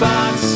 Box